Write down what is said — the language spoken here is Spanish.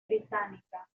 británica